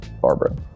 Barbara